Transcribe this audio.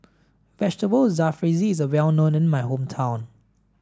Vegetable Jalfrezi is well known in my hometown